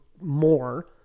more